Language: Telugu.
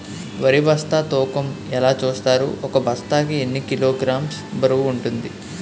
వరి బస్తా తూకం ఎలా చూస్తారు? ఒక బస్తా కి ఎన్ని కిలోగ్రామ్స్ బరువు వుంటుంది?